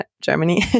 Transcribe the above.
Germany